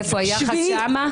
היחס שם?